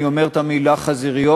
אני אומר את המילה חזיריות,